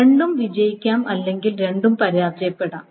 രണ്ടും വിജയിക്കാം അല്ലെങ്കിൽ രണ്ടും പരാജയപ്പെടാം